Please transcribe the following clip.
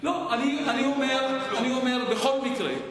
אני אומר שבכל מקרה,